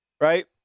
right